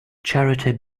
charity